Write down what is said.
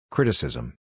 Criticism